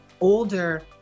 older